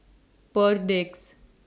Perdix